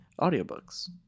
audiobooks